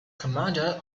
commander